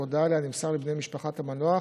הודעה נמסרה לבני משפחת המנוח